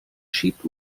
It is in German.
schiebt